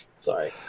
Sorry